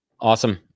Awesome